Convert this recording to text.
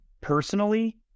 personally